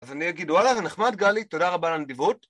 אז אני אגיד, וואלה, זה נחמד גלי, תודה רבה על הנדיבות